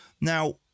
Now